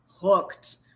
hooked